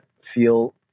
feel